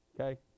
Okay